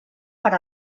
per